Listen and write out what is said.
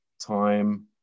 time